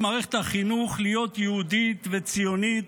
את מערכת החינוך להיות יהודית וציונית,